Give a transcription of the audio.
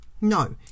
No